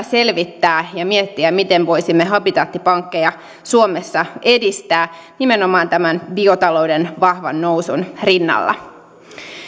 selvittää ja miettiä miten voisimme habitaattipankkeja suomessa edistää nimenomaan tämän biotalouden vahvan nousun rinnalla